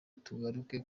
tugaruke